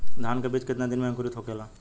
धान के बिज कितना दिन में अंकुरित होखेला?